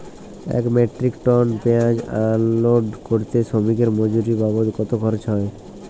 এক metric ton পেঁয়াজ unload করতে শ্রমিকের মজুরি বাবদ কত খরচ হয়?